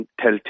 tell